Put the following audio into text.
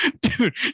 dude